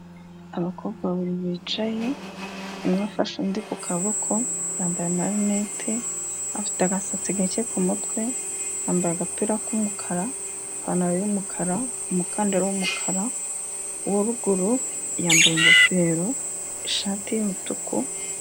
Abakobwa babiri bicaye, umwe afashe undi ku kaboko, yambaye amarinete, afite agasatsi gake ku kumutwe, yambaye agapira k'umukara, ipantaro yumukara, umukandara w'umukandara wa ruguru, yambaye ingofero, ishati y'umutuku.